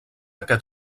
aquest